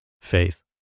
faith